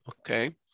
Okay